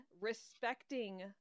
respecting